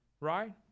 Right